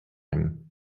him